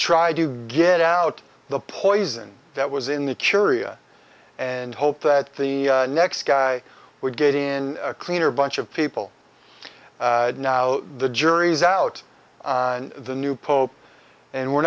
try to get out the poison that was in the curia and hope that the next guy would get in a cleaner bunch of people now the jury's out on the new pope and we're